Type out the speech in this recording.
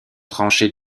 tranchée